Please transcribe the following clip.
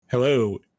Hello